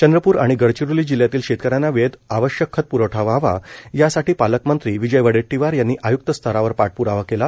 चंद्रपूर आणि गडचिरोली जिल्ह्यातील शेतकऱ्यांना वेळेत आवश्यक खत प्रवठा व्हावा यासाठी पालकमंत्री विजय वडेट्टीवार यांनी आय्क्त स्तरावर पाठप्रावा केला